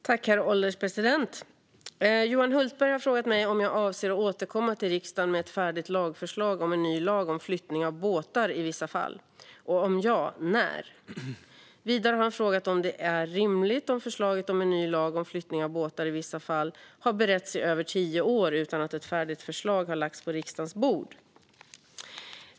Herr ålderspresident! Johan Hultberg har frågat mig om jag avser att återkomma till riksdagen med ett färdigt lagförslag om en ny lag om flyttning av båtar i vissa fall. Och om ja, när. Vidare har han frågat om det är rimligt att förslaget om ny lag om flyttning av båtar i vissa fall har beretts i över tio år utan att ett färdigt förslag har lagt på riksdagens bord.